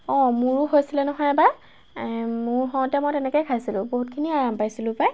অঁ মোৰো হৈছিলে নহয় এবাৰ মোৰ হওঁতে মই তেনেকৈয়ে খাইছিলোঁ বহুতখিনি আৰাম পাইছিলোঁ পাই